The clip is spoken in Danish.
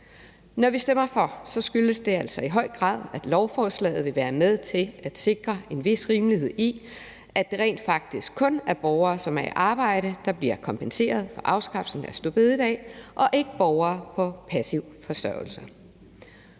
Når vi stemmer for, skyldes det altså i høj grad, at lovforslaget vil være med til at sikre en vis rimelighed, i og med at det rent faktisk kun er borgere, som er i arbejde, der bliver kompenseret for afskaffelsen af store bededag, og ikke borgere på passiv forsørgelse.